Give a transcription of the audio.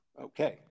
Okay